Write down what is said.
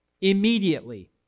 immediately